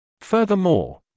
Furthermore